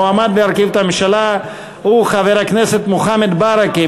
המועמד להרכיב את הממשלה הוא חבר הכנסת מוחמד ברכה.